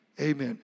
Amen